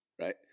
right